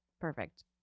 Perfect